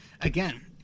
again